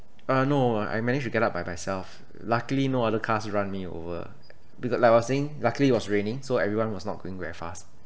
uh no I managed to get up by myself luckily no other cars run me over like I was saying luckily it was raining so everyone was not going very fast